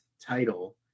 title